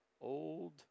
Old